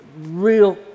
real